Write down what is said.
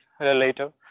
later